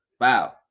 Wow